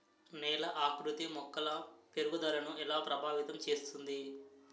నేల ఆకృతి మొక్కల పెరుగుదలను ఎలా ప్రభావితం చేస్తుంది?